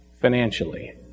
financially